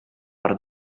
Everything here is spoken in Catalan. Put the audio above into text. per